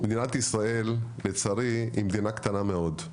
מדינת ישראל לצערי היא מדינה קטנה מאוד.